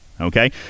okay